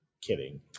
kidding